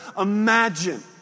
imagine